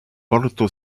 porto